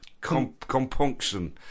compunction